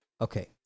okay